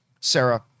Sarah